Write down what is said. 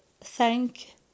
thank